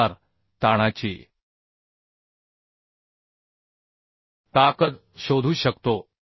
1 नुसार ताणाची ताकद शोधू शकतो